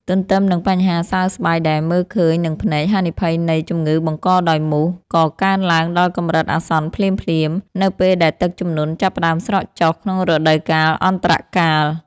ទន្ទឹមនឹងបញ្ហាសើស្បែកដែលមើលឃើញនឹងភ្នែក ហានិភ័យនៃ ជំងឺបង្កដោយមូស ក៏កើនឡើងដល់កម្រិតអាសន្នភ្លាមៗនៅពេលដែលទឹកជំនន់ចាប់ផ្ដើមស្រកចុះក្នុងរដូវកាលអន្តរកាល។